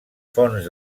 fonts